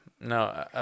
no